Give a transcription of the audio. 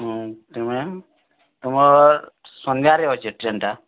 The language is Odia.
ତୁମେ ତମର୍ ସନ୍ଧ୍ୟାରେ ଅଛେ ଟ୍ରେନ୍ଟା